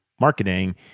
marketing